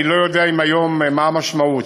אני לא יודע היום מה המשמעות,